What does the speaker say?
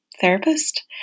therapist